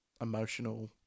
emotional